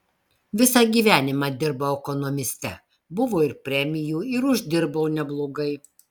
visą gyvenimą dirbau ekonomiste buvo ir premijų ir uždirbau neblogai